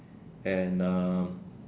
and um